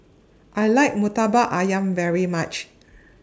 I like Murtabak Ayam very much